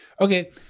Okay